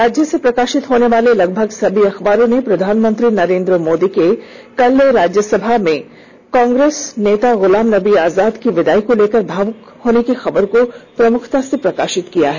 राज्य से प्रकाशित होने वाले लगभग सभी अखबारों ने प्रधानमंत्री नरेंद्र मोदी के कल राज्यसभा में कांग्रेस नेता गुलाम नबी आजाद की विदाई को लेकर भाव्क होने की खबर को प्रमुखता से प्रकाशित किया है